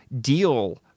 deal